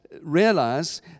realize